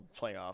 playoff